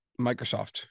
Microsoft